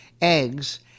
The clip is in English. eggs